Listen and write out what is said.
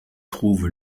trouve